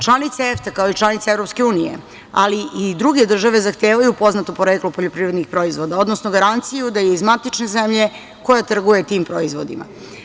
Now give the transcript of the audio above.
Članice EFTA, kao i članice EU, ali i druge države zahtevaju poznato poreklo poljoprivrednih proizvoda, odnosno garanciju da je iz matične zemlje koje trguju tim proizvodima.